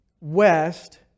west